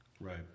Right